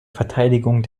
verteidigung